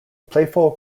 playful